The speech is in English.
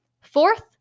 Fourth